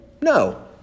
No